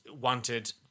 wanted